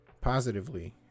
positively